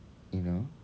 you know